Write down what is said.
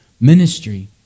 ministry